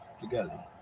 together